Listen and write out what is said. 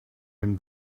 him